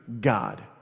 God